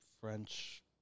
French